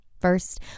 First